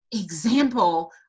example